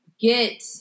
get